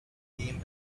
came